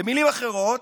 במילים אחרות,